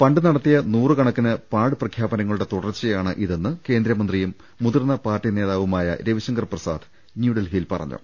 പണ്ടും നടത്തിയ നൂറുകണക്കിന് പാഴ്പ്രഖ്യാപനങ്ങളുടെ തുടർച്ച യാണ് ഇതെന്ന് കേന്ദ്രമന്ത്രിയും മുതിർന്ന പാർട്ടി നേതാവുമായ രവിശങ്കർ പ്രസാദ് ന്യൂഡൽഹിയിൽ പറഞ്ഞു